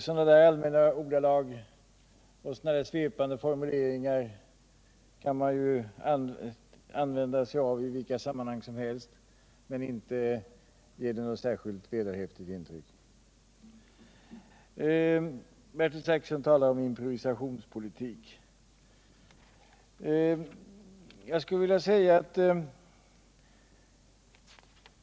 Sådana allmänna ordalag och svepande formuleringar kan man använda sig av i vilka sammanhang som helst, men inte gör de något särskilt vederhäftigt intryck. Bertil Zachrisson talar om improvisationspolitik.